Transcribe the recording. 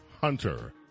Hunter